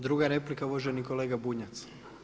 Druga replika uvaženi kolega Bunjac.